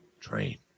Train